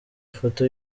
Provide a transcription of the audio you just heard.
ifoto